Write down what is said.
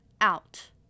out